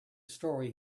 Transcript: story